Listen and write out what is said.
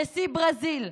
נשיא ברזיל,